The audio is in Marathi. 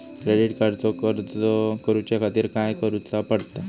क्रेडिट कार्डचो अर्ज करुच्या खातीर काय करूचा पडता?